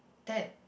at